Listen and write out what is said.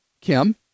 kim